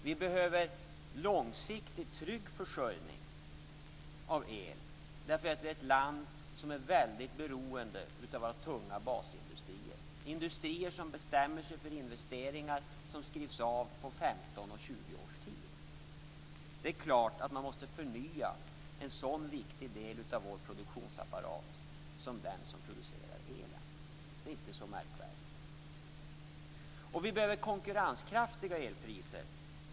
Vi behöver långsiktig trygg försörjning av el därför att Sverige är ett land där vi är väldigt beroende av våra tunga basindustrier. Det är industrier som bestämmer sig för investeringar som skrivs av på 15-20 års tid. Det är klart att vi måste förnya en sådan viktig del av vår produktionsapparat som den som producerar elen. Det är inte så märkvärdigt. Vi behöver konkurrenskraftiga elpriser.